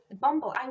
bumble